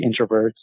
introverts